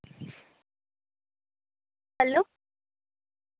hello